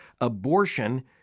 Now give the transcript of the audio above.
abortion